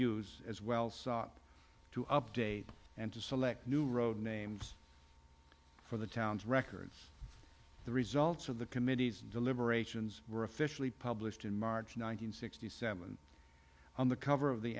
use as well sop to update and to select new road names for the towns records the results of the committee's deliberations were officially published in march nine hundred sixty seven on the cover of the